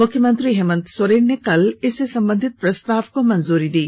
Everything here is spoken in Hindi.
मुख्यमंत्री हेमंत सोरेन ने कल इससे संबंधित प्रस्ताव को मंजूरी दी